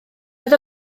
oedd